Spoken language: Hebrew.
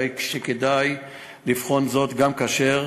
הרי כדאי לבחון זאת גם כאשר